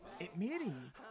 admitting